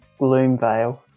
Gloomvale